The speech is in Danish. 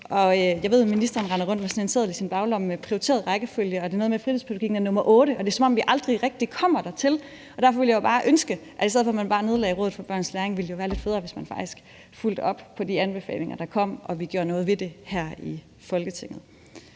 og jeg ved, at ministeren render rundt med sådan en seddel med en prioriteret rækkefølge i sin baglomme, og det er noget med, at fritidspædagogikken er nr. 8. Det er, som om vi aldrig rigtig kommer dertil, og derfor har jeg bare et ønske. I stedet for at man nedlagde Rådet for Børns Læring, ville det er jo være lidt federe, hvis man faktisk fulgte op på de anbefalinger, der kom, og hvis vi gjorde noget ved det her i Folketinget.